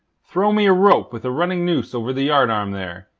throw me a rope with a running noose over the yardarm there,